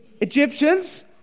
Egyptians